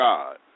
God